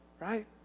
Right